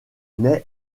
naît